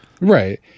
Right